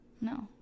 No